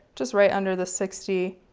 just right under the sixty.